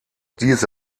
diese